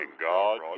God